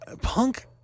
Punk